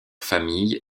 famille